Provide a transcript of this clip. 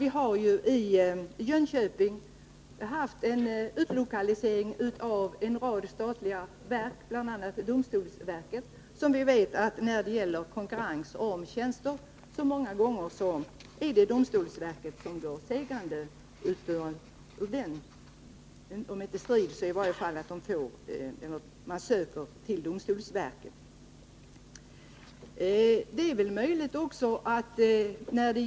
Till Jönköping har utlokaliserats en rad statliga verk, bl.a. domstolsverket, och när det gäller konkurrens om tjänster vet vi att det många gånger är domstolsverket som går segrande ur den, om inte striden, så konkurrensen. Man söker i första hand till domstolsverket.